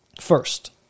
first